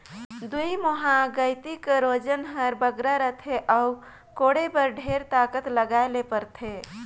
दुईमुहा गइती कर ओजन हर बगरा रहथे अउ कोड़े बर ढेर ताकत लगाए ले परथे